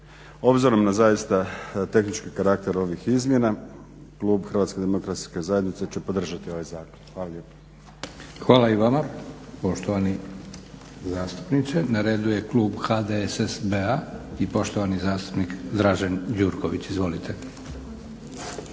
Obzirom na zaista tehnički karakter ovih izmjena klub HDZ-a će podržati ovaj zakon. Hvala lijepa. **Leko, Josip (SDP)** Hvala i vama poštovani zastupniče. Na redu je klub HDSSB-a i poštovani zastupnik Dražen Đurović. Izvolite.